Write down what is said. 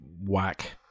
whack